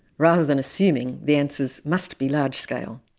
rather than assuming the answers must be large-scale.